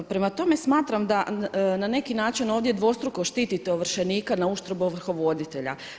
Prema tome smatram da na neki način ovdje dvostruko štitite ovršenika na uštrb ovrhovoditelja.